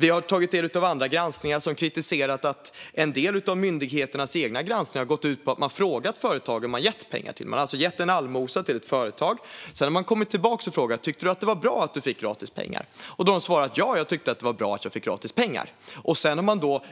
Vi har tagit del av andra granskningar som kritiserat att en del av myndigheternas egna granskningar har gått ut på att man har frågat de företag som man har gett pengar till. Man har alltså gett en allmosa till ett företag, och sedan har man kommit tillbaka och frågat: Tycker du att det var bra att du fick gratis pengar? Då har de svarat: Ja, jag tycker att det var bra att jag fick gratis pengar.